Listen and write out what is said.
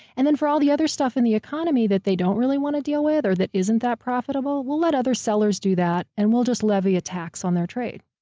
and then, for all the other stuff in the economy that they don't really want to deal with or that isn't that profitable, we'll let other sellers do that. and we'll just levy a tax on their trade.